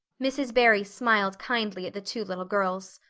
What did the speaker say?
mrs. barry smiled kindly at the two little girls.